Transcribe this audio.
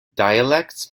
dialects